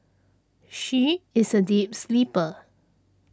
she is a deep sleeper